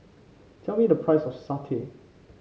tell me the price of satay